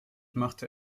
machte